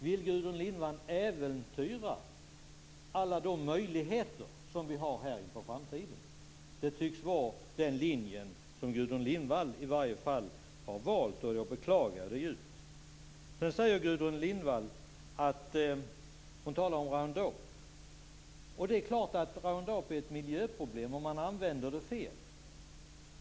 Vill Gudrun Lindvall äventyra alla de möjligheter som vi har här inför framtiden? Det tycks i alla fall vara den linje som Gudrun Lindvall har valt, och jag beklagar det djupt. Sedan talar Gudrun Lindvall om Roundup. Det är klart att Roundup är ett miljöproblem om det används på ett felaktigt sätt.